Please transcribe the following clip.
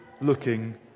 looking